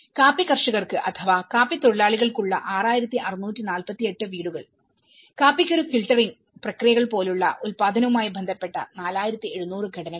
കാപ്പി കർഷകർക്ക് അഥവാ കാപ്പിത്തൊഴിലാളികൾക്ക് ഉള്ള 6648 വീടുകൾ കാപ്പിക്കുരു ഫിൽട്ടറിംഗ് പ്രക്രിയകൾ പോലെയുള്ള ഉൽപ്പാദനവുമായി ബന്ധപ്പെട്ട 4700 ഘടനകൾ